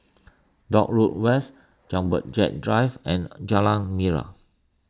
Dock Road West Jumbo Jet Drive and Jalan Nira